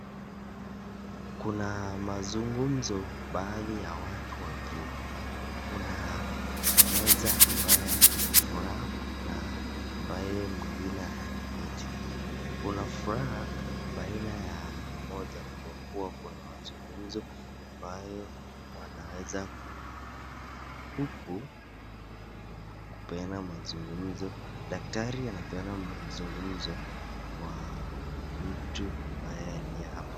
Kuna mazungumzo baadhi ya watu wawili. Kuna mmoja ambaye ana furaha na ambaye mwingine anaketi. Kuna furaha baina ya mmoja kwa kuwa kuna mazungumzo ambayo wanaweza kuelewana. Huku, ni kupeana mazungumzo. Daktari anapeana mazungumzo kwa mtu ambaye aliye hapa.